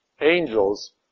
angels